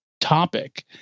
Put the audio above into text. topic